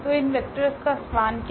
तो इन वेक्टर्स का स्पान क्या हैं